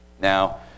Now